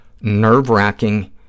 nerve-wracking